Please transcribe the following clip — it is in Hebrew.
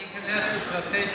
אני אכנס לפרטי פרטים.